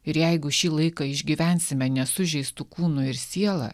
ir jeigu šį laiką išgyvensime nesužeistu kūnu ir siela